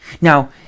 Now